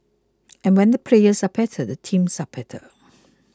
and when the players are better the teams are better